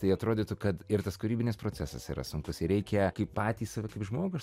tai atrodytų kad ir tas kūrybinis procesas yra sunkus ir reikia kaip patį save kaip žmogų iš